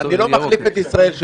אני לא מחליף את ישראל.